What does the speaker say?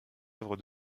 œuvres